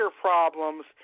problems